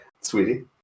Sweetie